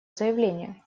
заявление